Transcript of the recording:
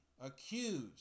accused